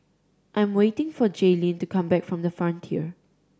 I am waiting for Jayleen to come back from The Frontier